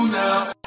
now